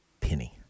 penny